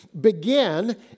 began